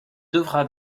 devra